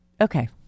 Okay